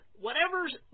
whatever's